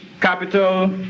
capital